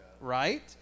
right